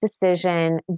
decision